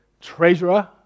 treasurer